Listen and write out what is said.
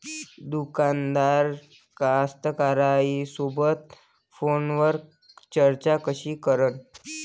दुकानदार कास्तकाराइसोबत फोनवर चर्चा कशी करन?